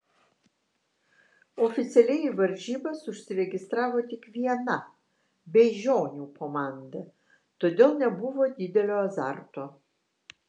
oficialiai į varžybas užsiregistravo tik viena beižionių komanda todėl nebuvo didelio azarto